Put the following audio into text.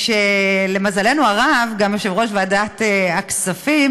שלמזלנו הרב גם יושב-ראש ועדת הכספים